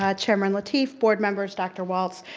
ah chairman lateef, board members, dr. walts.